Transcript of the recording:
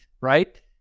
right